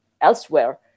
elsewhere